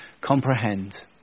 comprehend